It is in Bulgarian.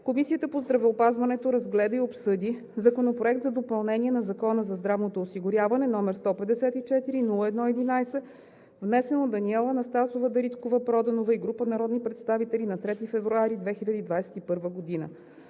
Комисията по здравеопазването разгледа и обсъди Законопроект за допълнение на Закона за здравното осигуряване, № 154-01-11, внесен от Даниела Анастасова Дариткова-Проданова и група народни представители на 3 февруари 2021 г.